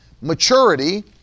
maturity